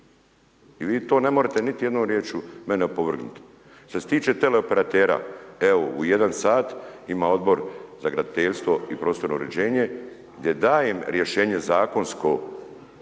i vi to ne morete niti jednom riječu mene opovrgnuti. Što se tiče teleoperatera evo u 1 sat ima Odbor za graditeljstvo i prostorno uređenje gdje dajem rješenje zakonsko